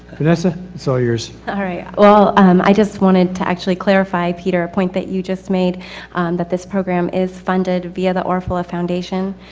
vanessa, so yours. alright, well um i just wanted to actually clarify, peter, a point that you just made that this program is funded via the orfalea foundation,